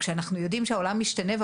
כאשר אנחנו יודעים שהעולם משתנה,